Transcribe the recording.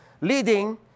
leading